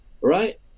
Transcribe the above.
right